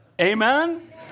Amen